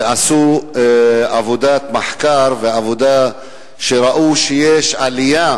שעשו עבודת מחקר וראו שיש עלייה